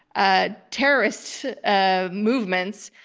ah terrorist ah movements,